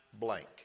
blank